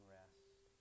rest